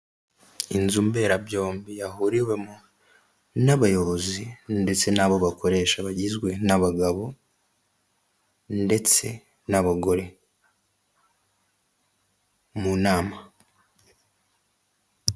Inzu mberabyombi yahuriwemo n'abayobozi, ndetse n'abo bakoresha bagizwe n'abagabo, ndetse n'abagore, mu nama.